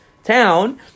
town